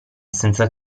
senza